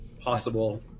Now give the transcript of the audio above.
possible